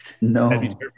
No